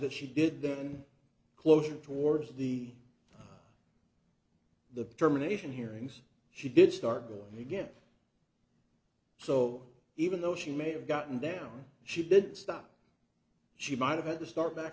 that she did then closure towards the the germination hearings she did start going to get so even though she may have gotten down she didn't stop she might have had to start back